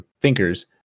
thinkers